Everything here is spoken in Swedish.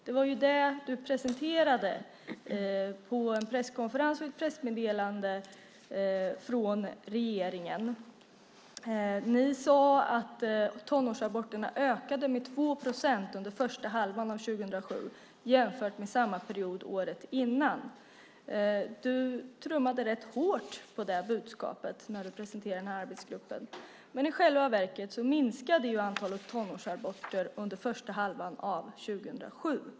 Det var ju det som presenterades på en presskonferens och i ett pressmeddelande från regeringen. Där sades att tonårsaborterna ökade med 2 procent under första halvan av 2007 jämfört med samma period året innan. Det budskapet trummades ut rätt hårt när arbetsgruppen presenterades. I själva verket minskade antalet tonårsaborter under första halvan av 2007.